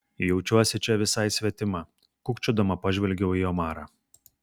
jaučiuosi čia visai svetima kukčiodama pažvelgiau į omarą